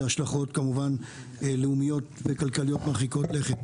השלכות לאומיות וכלכליות מרחיקות לכת.